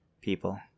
people